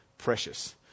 Precious